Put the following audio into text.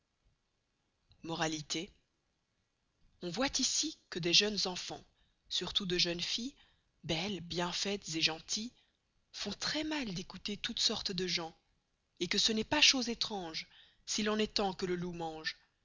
moralité on voit icy que de jeunes enfans sur tout de jeunes filles belles bien faites et gentilles font tres mal d'écouter toute sorte de gens et que ce n'est pas chose étrange s'il en est tant que le loup mange